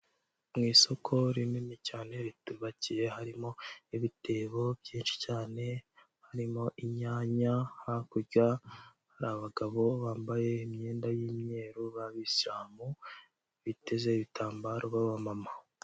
Mu isoko rinini cyane ritubakiye, harimo ibitebo byinshi cyane, harimo inyanya, hakurya hari abagabo bambaye imyenda y'imyeru b'abisilamu biteze ibitambaro b'abamama.